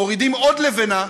מורידים עוד לבנה